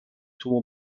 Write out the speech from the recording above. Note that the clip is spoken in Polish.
tłumu